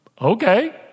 okay